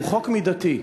הוא חוק מידתי.